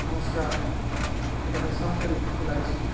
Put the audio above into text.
ନମସ୍କାର ଏଇଟା ନିଶା ହୋଟେଲକୁ ଲାଗିଛି କି